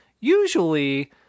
usually